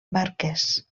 barquers